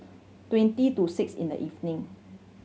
twenty to six in the evening